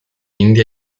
india